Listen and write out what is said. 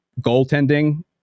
Goaltending